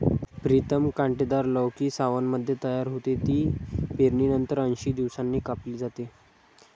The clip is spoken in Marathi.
प्रीतम कांटेदार लौकी सावनमध्ये तयार होते, ती पेरणीनंतर ऐंशी दिवसांनी कापली जाते